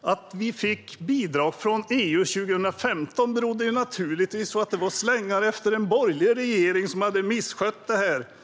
Att vi fick bidrag från EU 2015 berodde givetvis på efterslängen av en borgerlig regering som hade misskött detta.